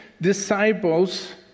disciples